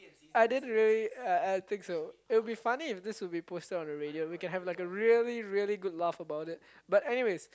I didn't really uh I think so it will be funny if this will be posted on a radio we can have a like a really really good laugh about it but anyways